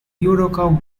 judoka